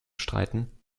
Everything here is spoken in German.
streiten